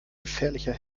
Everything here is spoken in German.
gefährlicher